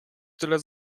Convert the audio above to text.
tyle